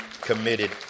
committed